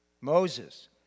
Moses